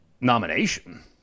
nomination